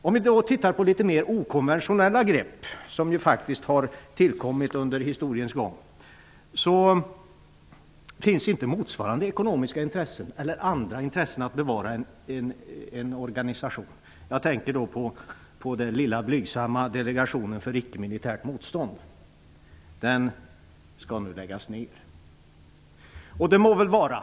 Om vi tittar på litet mer okonventionella grepp, som faktiskt har tillkommit under historiens gång, finns inte motsvarande intressen att bevara en organisation. Jag tänker då på den lilla blygsamma Delegationen för icke-militärt motstånd. Den skall nu läggas ner, och det må väl vara.